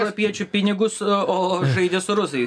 europiečių pinigus o žaidžia su rusais